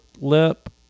lip